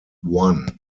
one